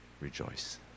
Rejoice